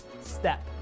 step